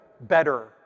better